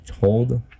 hold